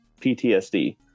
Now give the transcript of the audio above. PTSD